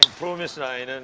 fromis nine.